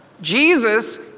Jesus